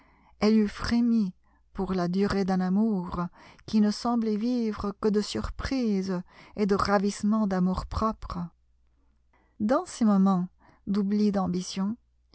elle eût frémi pour la durée d'un amour qui ne semblait vivre que de surprise et de ravissement d'amour-propre dans ses moments d'oubli d'ambition